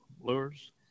lures